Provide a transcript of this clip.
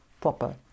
proper